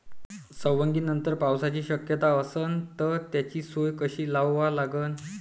सवंगनीनंतर पावसाची शक्यता असन त त्याची सोय कशी लावा लागन?